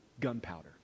gunpowder